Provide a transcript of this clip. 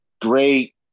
great